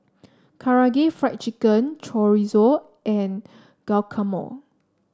Karaage Fried Chicken Chorizo and Guacamole